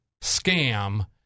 scam